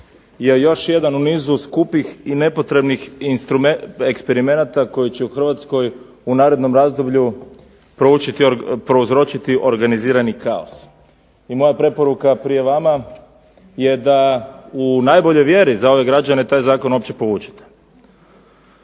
je još jedan u nizu skupih i nepotrebnih eksperimenata koji će u Hrvatskoj u narednom razdoblju prouzročiti organizirani kaos. I moja preporuka prije vama je da u najboljoj vjeri za ove građane taj zakon uopće povučete.